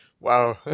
Wow